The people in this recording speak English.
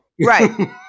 Right